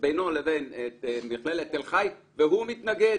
בינו לבין מכללת תל חי והוא מתנגד.